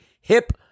hip